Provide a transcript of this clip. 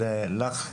ואליך,